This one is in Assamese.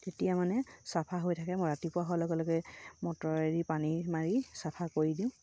তেতিয়া মানে চাফা হৈ থাকে মই ৰাতিপুৱা লগে লগে মটৰে দি পানী মাৰি চাফা কৰি দিওঁ